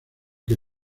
que